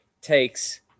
takes